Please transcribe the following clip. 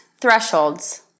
Thresholds